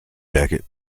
jacket